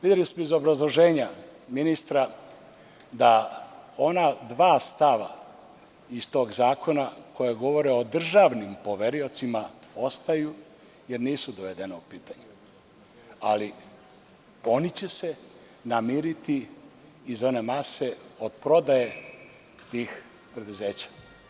Videli smo iz obrazloženja ministra da ona dva stava iz tog zakona koja govore o državnim poveriocima ostaju, jer nisu dovedena u pitanje, ali oni će se namiriti iz one mase od prodaje tih preduzeća.